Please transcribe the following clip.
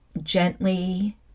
gently